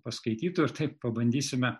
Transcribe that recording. paskaitytų ir taip pabandysime